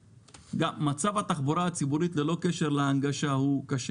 מצב התחבורה הציבורית, ללא קשר להנגשה, הוא קשה.